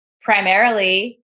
primarily